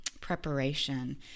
preparation